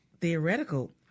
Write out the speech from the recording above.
Theoretical